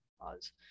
Pause